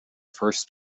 first